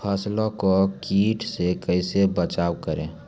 फसलों को कीट से कैसे बचाव करें?